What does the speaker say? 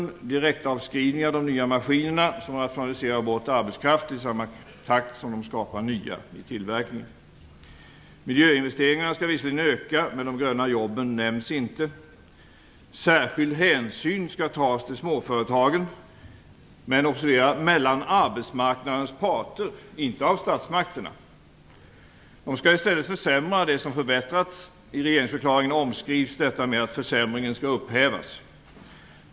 Det skall bli direktavskrivningar av de nya maskiner som rationaliserar bort arbetskraft i samma takt som de skapar nya i tillverkningen. Miljöinvesteringarna skall visserligen öka, men de gröna jobben nämns inte. Särskild hänsyn skall tas till småföretagen, men observera att det skall ske mellan arbetsmarknadens parter och inte av statsmakterna. De skall i stället försämra det som förbättrats. I regeringsförklaringen omskrivs detta med att försämringen skall upphävas.